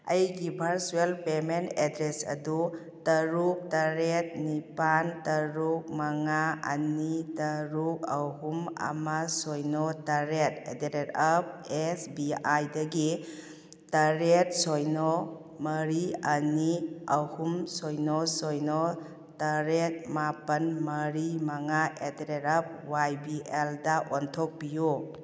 ꯑꯩꯒꯤ virtual payment address ꯑꯗꯨ ꯇꯔꯨꯛ ꯇꯔꯦꯠ ꯅꯤꯄꯥꯜ ꯇꯔꯨꯛ ꯃꯉꯥ ꯑꯅꯤ ꯇꯔꯨꯛ ꯑꯍꯨꯝ ꯑꯃ ꯁꯤꯅꯣ ꯇꯔꯦꯠ at the rate up S B ꯑꯥꯏꯗꯒꯤ ꯇꯔꯦꯠ ꯁꯤꯅꯣ ꯃꯔꯤ ꯑꯅꯤ ꯑꯍꯨꯝ ꯁꯤꯅꯣ ꯁꯤꯅꯣ ꯇꯔꯦꯠ ꯃꯥꯄꯜ ꯃꯔꯤ ꯃꯉꯥ at the rate up Y B ꯑꯜꯗ ꯑꯣꯟꯊꯣꯛꯄꯤꯌꯨ